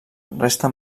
resta